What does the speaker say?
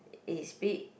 is big